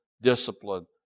discipline